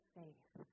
faith